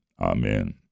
Amen